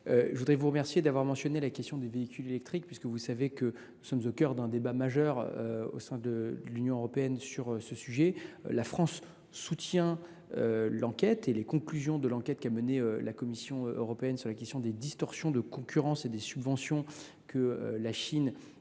Je voudrais vous remercier d’avoir abordé la question des véhicules électriques. Vous le savez, nous sommes au cœur d’un débat majeur au sein de l’Union européenne sur le sujet. La France soutient les conclusions de l’enquête qu’a menée la Commission européenne sur les distorsions de concurrence et sur les subventions dont la Chine fait